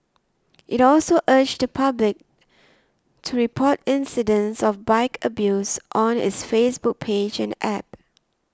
it also urged the public to report incidents of bike abuse on its Facebook page and App